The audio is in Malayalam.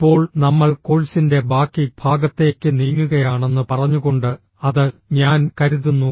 ഇപ്പോൾ നമ്മൾ കോഴ്സിന്റെ ബാക്കി ഭാഗത്തേക്ക് നീങ്ങുകയാണെന്ന് പറഞ്ഞുകൊണ്ട് അത് ഞാൻ കരുതുന്നു